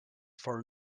for